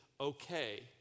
okay